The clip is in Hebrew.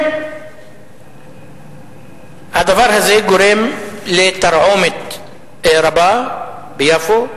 הדבר הזה גורם לתרעומת רבה ביפו.